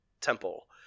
temple